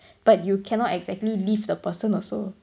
but you cannot exactly leave the person also